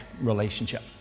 relationship